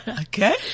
Okay